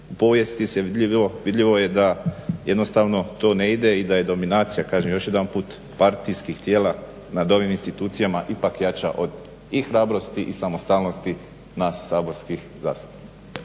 u povijesti je vidljivo da to jednostavno ne ide i da je dominacija partijskih tijela nad ovim institucijama ipak jača i hrabrosti i samostalnosti nas saborskih zastupnika.